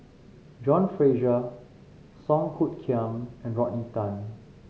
John Fraser Song Hoot Kiam and Rodney Tan